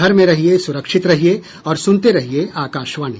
घर में रहिये सुरक्षित रहिये और सुनते रहिये आकाशवाणी